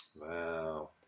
Wow